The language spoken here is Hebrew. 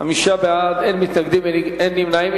חמישה בעד, אין מתנגדים, אין נמנעים.